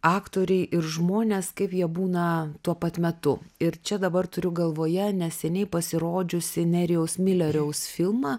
aktoriai ir žmonės kaip jie būna tuo pat metu ir čia dabar turiu galvoje neseniai pasirodžiusį nerijaus mileriaus filmą